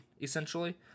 essentially